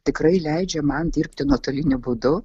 tikrai leidžia man dirbti nuotoliniu būdu